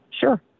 sure